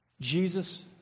Jesus